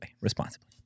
responsibly